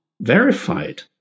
verified